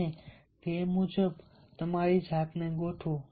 અને તે મુજબ તમારી જાતને ગોઠવો